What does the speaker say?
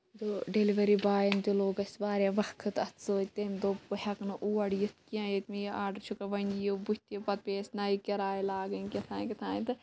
تہٕ ڈیلؤری بویَن تہِ لوٚگ اَسہِ واریاہ وقت اَتھ سۭتۍ تٔمۍ دوٚپ بہٕ ہٮ۪کہٕ نہٕ اور یِتھ کیٚنہہ ییٚتہِ مےٚ یہِ آڈر چھُ وۄنۍ یِو بٔھِ پَتہٕ پیٚیہِ اَسہِ نَیہِ کِراے لاگٔنۍ کیاہ تام کیاہ تام تہٕ